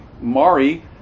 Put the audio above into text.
Mari